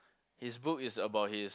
his book is about his